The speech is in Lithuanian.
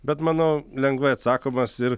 bet manau lengvai atsakomas ir